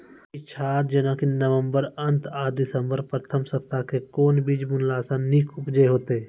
पीछात जेनाकि नवम्बर अंत आ दिसम्बर प्रथम सप्ताह मे कून बीज बुनलास नीक उपज हेते?